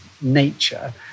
nature